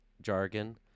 jargon